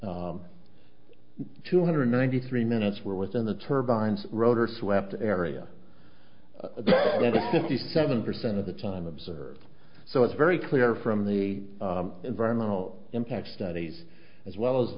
two hundred ninety three minutes were within the turbines rotor swept area fifty seven percent of the time observed so it's very clear from the environmental impact studies as well as